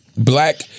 black